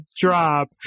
drop